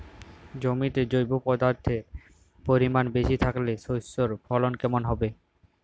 জমিতে জৈব পদার্থের পরিমাণ বেশি থাকলে শস্যর ফলন কেমন হবে?